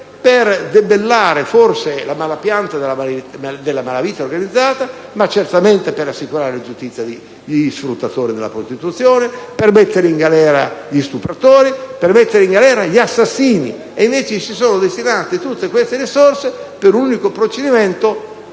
per debellare, forse, la malapianta della malavita organizzata, e certamente per assicurare alla giustizia gli sfruttatori della prostituzione, per mettere in galera gli stupratori e gli assassini. E invece si sono destinate tutte queste risorse per un unico procedimento,